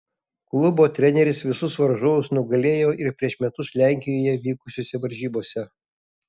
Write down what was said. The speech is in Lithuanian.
klubo treneris visus varžovus nugalėjo ir prieš metus lenkijoje vykusiose varžybose